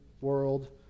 world